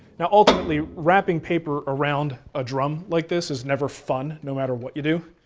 now, ultimately wrapping paper around a drum like this is never fun, no matter what you do,